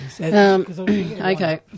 Okay